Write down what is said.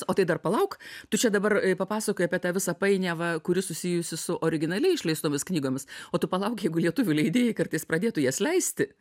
o tai dar palauk tu čia dabar papasakojai apie tą visą painiavą kuri susijusi su originaliai išleistomis knygomis o tu palauk jeigu lietuvių leidėjai kartais pradėtų jas leisti